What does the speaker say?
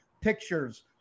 pictures